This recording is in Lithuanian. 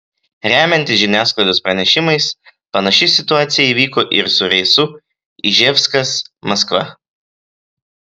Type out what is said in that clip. remiantis žiniasklaidos pranešimais panaši situacija įvyko ir su reisu iževskas maskva